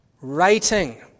writing